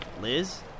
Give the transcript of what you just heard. Liz